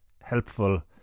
helpful